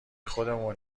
خودمون